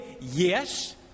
Yes